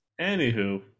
Anywho